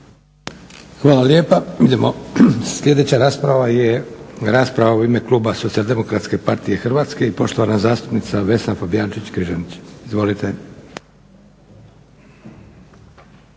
Hvala lijepa. Idemo. Sljedeća rasprava je, rasprava u ime kluba SDP-a i poštovana zastupnica Vesna Fabijančić Križanić. Izvolite.